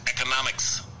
economics